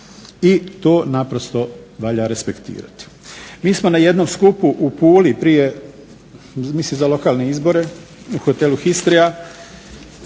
i to naprosto valja respektirati. Mi samo na jednom skupu u Pulu mislim za lokalne izbore u Hotelu "Histria"